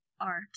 art